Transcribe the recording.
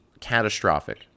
catastrophic